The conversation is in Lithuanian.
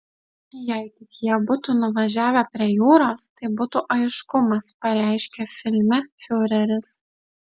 jei tik jie būtų nuvažiavę prie jūros tai būtų aiškumas pareiškia filme fiureris